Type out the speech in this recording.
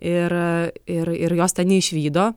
ir ir ir jos ten neišvydo